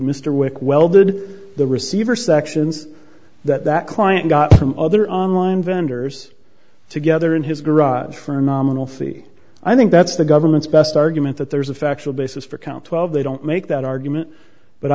whitwell did the receiver sections that that client got from other online vendors together in his garage for a nominal fee i think that's the government's best argument that there's a factual basis for count twelve they don't make that argument but